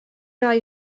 roi